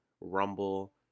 rumble